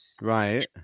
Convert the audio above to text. right